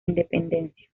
independencia